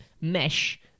mesh